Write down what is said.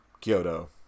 Kyoto